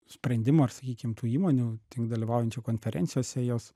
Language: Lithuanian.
sprendimų ar sakykim tų įmonių tik dalyvaujančių konferencijose jos